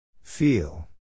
Feel